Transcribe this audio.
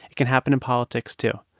it can happen in politics, too.